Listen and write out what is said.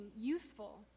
useful